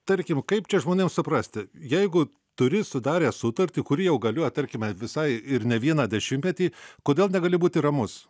tarkim kaip čia žmonėms suprasti jeigu turi sudarę sutartį kuri jau galioja tarkime visai ir ne vieną dešimtmetį kodėl negali būti ramus